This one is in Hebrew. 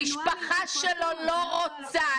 המשפחה שלו לא רוצה.